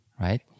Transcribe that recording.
right